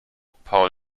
paul